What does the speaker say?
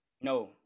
No